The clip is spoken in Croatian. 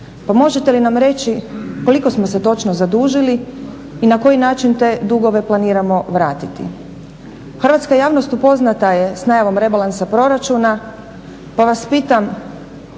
Pa možete li nam reći koliko smo se točno zadužili i na koji način te dugove planiramo vratiti. Hrvatska javnost upoznata je s najavom rebalansa proračuna pa vas pitam